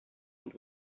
and